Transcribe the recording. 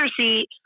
seat